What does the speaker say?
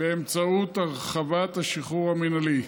באמצעות הרחבת השחרור המינהלי.